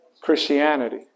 Christianity